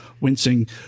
Wincing